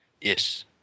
Yes